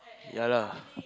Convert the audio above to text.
ya lah